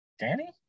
Danny